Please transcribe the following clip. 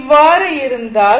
இவ்வாறு இருந்தால்